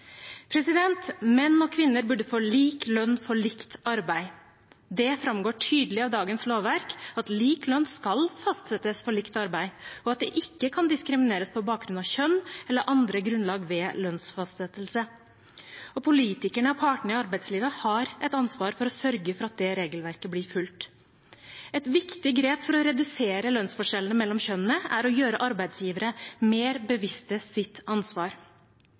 Menn og kvinner burde få lik lønn for likt arbeid. Det framgår tydelig av dagens lovverk at lik lønn skal fastsettes for likt arbeid, og at det ikke kan diskrimineres på bakgrunn av kjønn eller andre grunnlag ved lønnsfastsettelse. Politikerne og partene i arbeidslivet har et ansvar for å sørge for at det regelverket blir fulgt. Et viktig grep for å redusere lønnsforskjellene mellom kjønnene er å gjøre arbeidsgivere mer bevisste på ansvaret sitt.